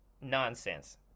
nonsense